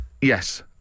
Yes